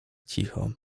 cicho